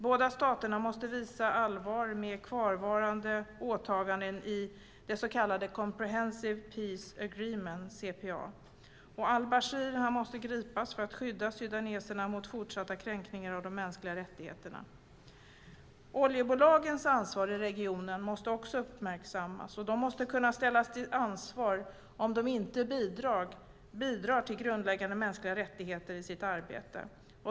Båda staterna måste visa allvar med kvarvarande åtaganden i det så kallade Comprehensive Peace Agreement, CPA, och al-Bashir måste gripas för att skydda sudaneserna mot fortsatta kränkningar av de mänskliga rättigheterna. Oljebolagens ansvar i regionen måste också uppmärksammas, och de måste kunna ställas till ansvar om de inte bidrar till grundläggande mänskliga rättigheter i sitt arbete.